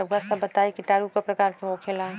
रउआ सभ बताई किटाणु क प्रकार के होखेला?